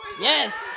Yes